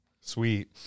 Sweet